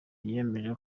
yemeje